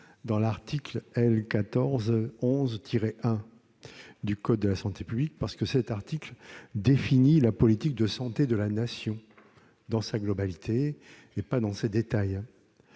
dans l'article L. 1411-1 du code de la santé publique, lequel définit la politique de santé de la Nation dans sa globalité, et pas dans ses détails.